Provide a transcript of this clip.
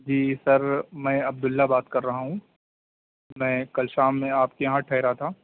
جی sir میں Abdullah بات کر رہا ہوں میں کل شام میں آپ کے یہاں ٹھہرا تھا